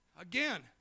again